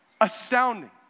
Astounding